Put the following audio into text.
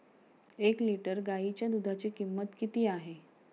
एक लिटर गाईच्या दुधाची किंमत किती आहे?